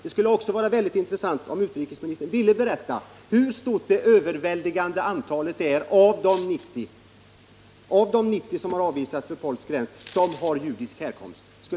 Det skulle också vara väldigt intressant om utrikesministern ville berätta hur stor den ”överväldigande delen” är av de 90, dvs. hur många det är som har judisk härkomst av de 90 som avvisats vid polska gränsen.